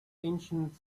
ancient